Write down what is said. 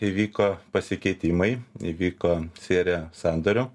įvyko pasikeitimai įvyko serija sandorių